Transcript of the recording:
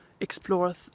explore